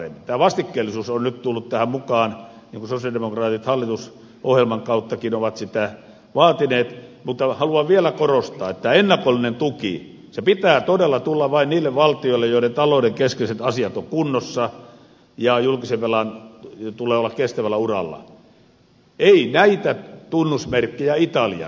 tämä vastikkeellisuus on nyt tullut tähän mukaan niin kuin sosialidemokraatit hallitusohjelmankin kautta ovat sitä vaatineet mutta haluan vielä korostaa että ennakollisen tuen pitää todella tulla vain niille valtioille joiden talouden keskeiset asiat ovat kunnossa ja julkisen velan tulee olla kestävällä uralla ei näitä tunnusmerkkejä italia täytä